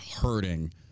hurting